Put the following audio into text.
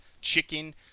chicken